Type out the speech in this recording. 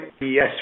Yes